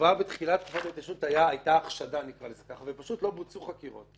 כבר בתחילת תקופת ההתיישנות הייתה החשדה ופשוט לא בוצעו חקירות.